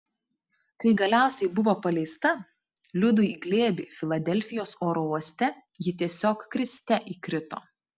kai galiausiai buvo paleista liudui į glėbį filadelfijos oro uoste ji tiesiog kriste įkrito